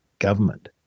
government